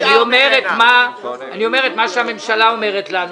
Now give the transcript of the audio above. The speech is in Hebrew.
אני אומר את מה שהממשלה אומרת לנו.